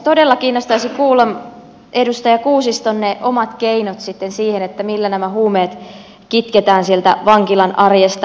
todella kiinnostaisi kuulla ne edustaja kuusiston omat keinot sitten siihen millä nämä huumeet kitketään sieltä vankilan arjesta